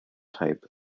type